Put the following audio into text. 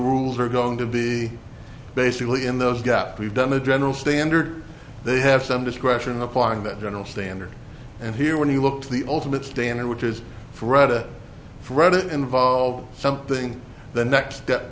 rules are going to be basically in those gaps we've done a general standard they have some discretion applying that general standard and here when you look to the ultimate standard which is threat a threat it involves something the next step